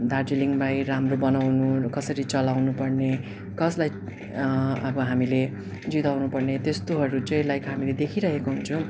दार्जिलिङलाई राम्रो बनाउनु कसरी चलाउनु पर्ने कसलाई अब हामीले जिताउनुपर्ने त्यस्तोहरू चाहिँ लाइक हामीले देखिरहेको हुन्छौँ